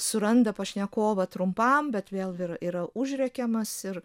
suranda pašnekovą trumpam bet vėlgi yra užrėkiamas ir